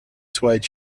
suede